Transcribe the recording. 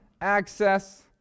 access